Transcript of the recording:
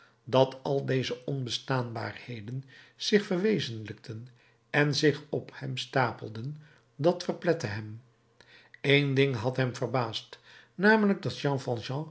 dat al deze onbestaanbaarheden zich verwezenlijkten en zich op hem stapelden dat verplette hem eén ding had hem verbaasd namelijk dat jean